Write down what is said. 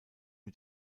mit